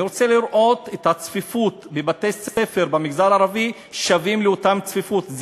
אני רוצה לראות את הצפיפות בבתי-ספר במגזר הערבי שווה לאותה צפיפות,